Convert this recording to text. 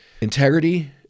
Integrity